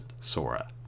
Sora